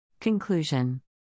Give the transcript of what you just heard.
Conclusion